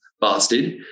bastard